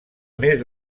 més